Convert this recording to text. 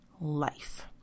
life